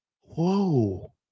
Whoa